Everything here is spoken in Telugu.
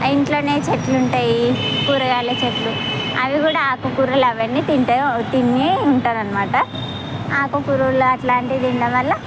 ఇంట్లోనే చెట్లు ఉంటాయి కూరగాయల చెట్లు అవి కూడా ఆకుకూరలు అవన్నీ తింటే తిని ఉంటారనమాట ఆకుకూరలు అట్లాంటివి తిండం వల్ల